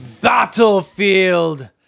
Battlefield